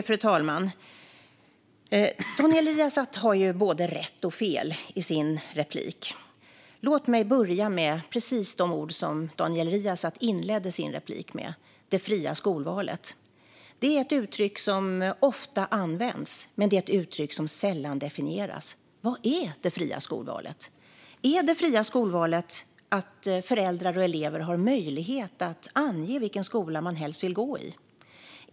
Fru talman! Daniel Riazat har både rätt och fel. Låt mig börja med det som han inledde sitt inlägg med: det fria skolvalet. Det är ett uttryck som ofta används men som sällan definieras. Vad är det fria skolvalet? Är det att föräldrar och elever har möjlighet att ange vilken skola man helst vill gå i?